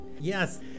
Yes